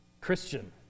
Christian